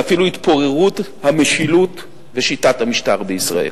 ואפילו התפוררות המשילות ושיטת המשטר בישראל.